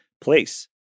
place